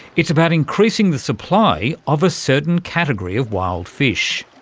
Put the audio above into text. it's about increasing the supply of a certain category of wild fish.